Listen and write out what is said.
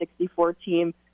64-team